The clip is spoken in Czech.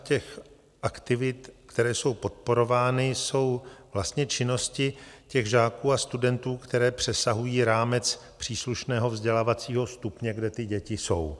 Obsahem aktivit, které jsou podporovány, jsou činnosti žáků a studentů, které přesahují rámec příslušného vzdělávacího stupně, kde ty děti jsou.